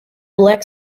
black